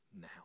now